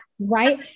Right